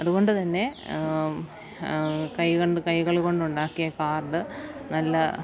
അതുകൊണ്ടു തന്നെ കൈ കൊണ്ട് കൈകൾ കൊണ്ടുണ്ടാക്കിയ കാർഡ് നല്ല